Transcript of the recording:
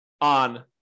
on